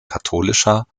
katholischer